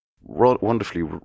wonderfully